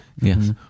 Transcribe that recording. Yes